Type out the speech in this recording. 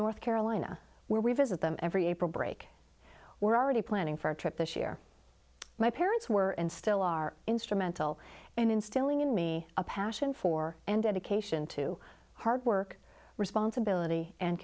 north carolina where we visit them every april break we're already planning for a trip this year my parents were and still are instrumental in instilling in me a passion for and dedication to hard work responsibility and